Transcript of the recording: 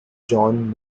john